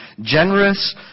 generous